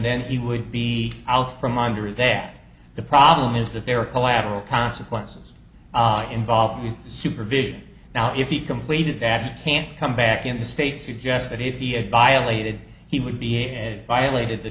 then he would be out from under that the problem is that there are collateral consequences involved with the supervision now if he completed that he can't come back in the states suggest that if he had violated he would be a violated the